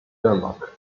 denmark